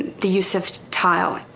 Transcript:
the use of tile,